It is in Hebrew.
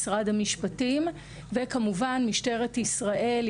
משרד המשפטים וכמובן משטרת ישראל,